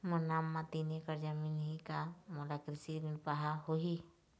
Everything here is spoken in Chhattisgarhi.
मोर नाम म तीन एकड़ जमीन ही का मोला कृषि ऋण पाहां होही?